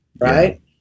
Right